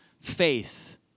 faith